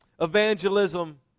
evangelism